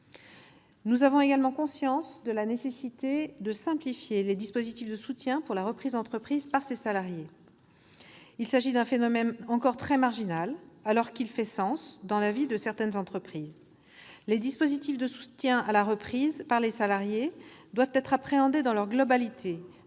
Nous avons également conscience de la nécessité de simplifier les dispositifs de soutien pour la reprise d'une entreprise par ses salariés : il s'agit d'un phénomène encore très marginal, alors qu'il fait sens dans la vie de certaines entreprises. Les dispositifs de soutien à la reprise par les salariés doivent être appréhendés dans leur globalité